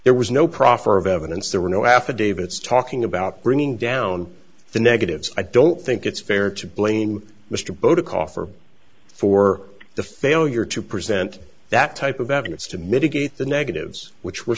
there was no proffer of evidence there were no affidavits talking about bringing down the negatives i don't think it's fair to blame mr botha coffer for the failure to present that type of evidence to mitigate the negatives which were